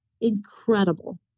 incredible